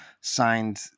signed